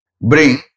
bring